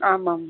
ஆமாம்